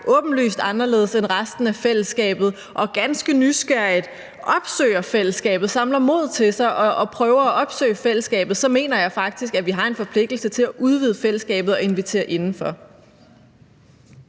åbenlyst anderledes end resten af fællesskabet og ganske nysgerrigt opsøger fællesskabet, som samler mod til sig og prøver at opsøge fællesskabet, så mener jeg faktisk, at vi har en forpligtelse til at udvide fællesskabet og invitere indenfor.